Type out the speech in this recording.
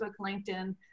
LinkedIn